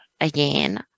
again